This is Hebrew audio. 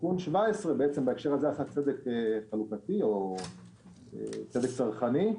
תיקון 17 עשה צדק חלוקתי או צדק צרכני,